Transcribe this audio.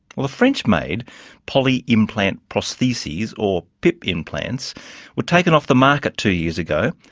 the french-made poly implant prosthese, or pip, implants were taken off the market two years ago,